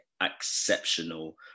exceptional